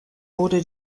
wurde